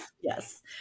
yes